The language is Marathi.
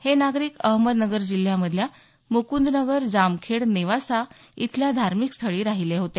हे नागरिक अहमदनगर जिल्ह्यामधील मुकुंदनगर जामखेड नेवासा येथील धार्मिकस्थळी राहिले होते